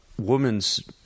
women's